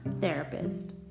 Therapist